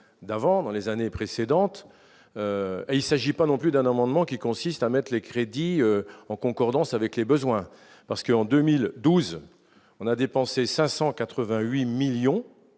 d'avant, dans les années précédentes, il s'agit. Ah non plus, d'un amendement qui consiste à les crédits en concordance avec les besoins, parce que, en 2012 on a dépensé 588 millions